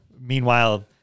Meanwhile